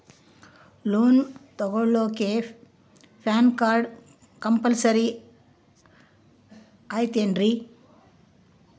Loan ತೊಗೊಳ್ಳಾಕ PAN card compulsory ಐಯ್ತೇನ್ರಿ?